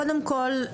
קודם כל,